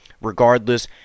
regardless